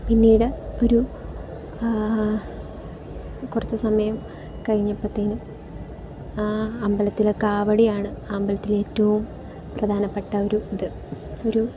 പിന്നീട് ഒരു കുറച്ച് സമയം കഴിഞ്ഞപ്പോഴത്തേനും അമ്പലത്തിലെ കാവടിയാണ് അമ്പലത്തിലെ ഏറ്റവും പ്രധാനപ്പെട്ട ഒരു ഇത് ഒരു